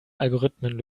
algorithmen